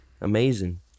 amazing